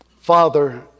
Father